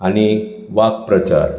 आनी वाकप्रचार